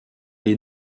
les